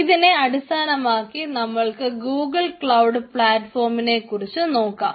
ഇതിനെ അടിസ്ഥാനമാക്കി നമ്മൾക്ക് ഗൂഗുൽ ക്ലൌഡ് പളാറ്റ്ഫോമിനെ കുറിച്ച് നോക്കാം